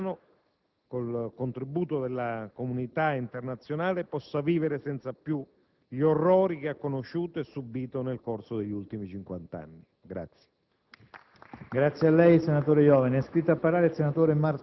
affinché anche il popolo birmano, con il contributo della comunità internazionale, possa vivere senza più gli orrori che ha conosciuto e subìto nel corso degli ultimi cinquant'anni.